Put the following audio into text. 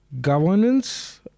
governance